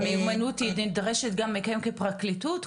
המיומנות נדרשת גם מכם כפרקליטות?